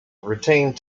retained